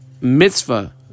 mitzvah